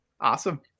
Awesome